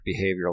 behavioral